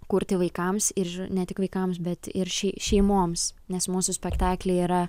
kurti vaikams ir ne tik vaikams bet ir šei šeimoms nes mūsų spektakliai yra